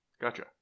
Gotcha